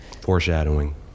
Foreshadowing